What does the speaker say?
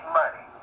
money